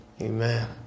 Amen